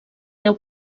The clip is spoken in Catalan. deu